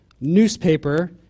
newspaper